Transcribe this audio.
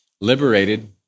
liberated